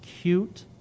cute